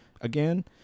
again